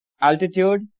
altitude